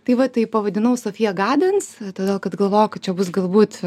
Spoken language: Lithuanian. tai va tai pavadinau sofija gadens todėl kad galvojau kadvčia bus galbūt